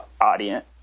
audience